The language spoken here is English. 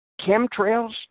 chemtrails